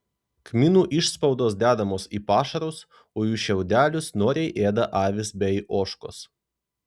kmynų išspaudos dedamos į pašarus o jų šiaudelius noriai ėda avys bei ožkos